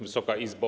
Wysoka Izbo!